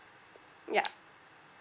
ya